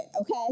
okay